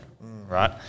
right